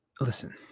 Listen